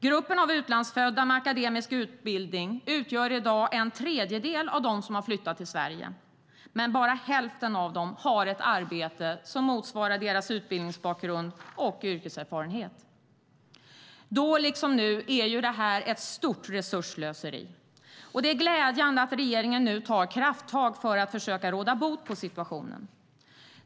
Gruppen av utlandsfödda med akademisk utbildning utgör i dag en tredjedel av dem som har flyttat till Sverige, men bara hälften av dem har ett arbete som motsvarar deras utbildningsbakgrund och yrkeserfarenhet. Då liksom nu är detta ett stort resursslöseri, och det är glädjande att regeringen nu tar krafttag för att försöka råda bot på situationen.